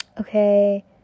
Okay